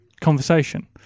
conversation